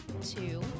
Two